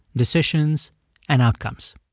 decisions and outcomes.